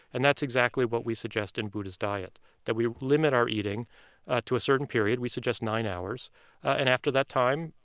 and that's exactly what we suggest in buddha's diet that we limit our eating to a certain period we suggest nine hours and after that time,